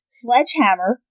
sledgehammer